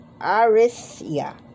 Arisia